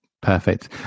perfect